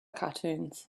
cartoons